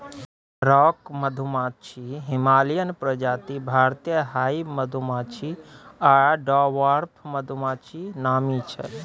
rock मधुमाछी, Himalayan प्रजाति, भारतीय हाइब मधुमाछी आ डवार्फ मधुमाछी नामी छै